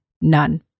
none